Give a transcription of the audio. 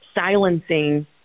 silencing